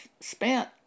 spent